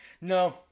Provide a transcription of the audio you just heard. No